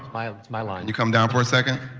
my, my line. you come down for a second?